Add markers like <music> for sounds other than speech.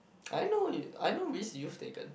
<noise> I know it I know risk you've taken